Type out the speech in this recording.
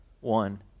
one